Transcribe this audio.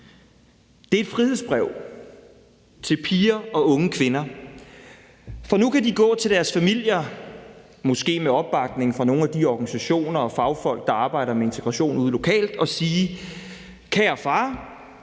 Det er et frihedsbrev til piger og unge kvinder, for nu kan de gå til deres familier – måske med opbakning fra nogle af de organisationer og fagfolk, der arbejder med integration ude lokalt – og sige: Kære far,